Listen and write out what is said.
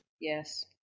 Yes